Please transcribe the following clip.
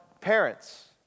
parents